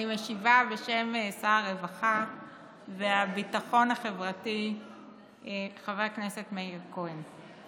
אני משיבה בשם שר הרווחה והביטחון החברתי חבר הכנסת מאיר כהן.